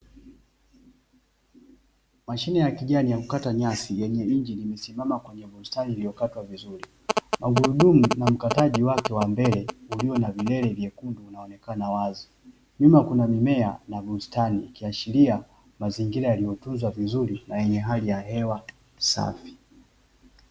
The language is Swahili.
Mashine ya kijani ya kukata nyasi yenye injini imesimaa kwenye bustani iliyokatwa vizuri. Magurudumu na makataji wake wa mbele uliyo na vilele viwili vinavyoonekana wazi. Nyuma kuna mimea na bustani ikiashiria mazingira yaliyotuzwa na vizuri na yenye hali ya hewa safi.